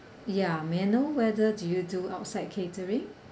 ya may I know whether do you do outside catering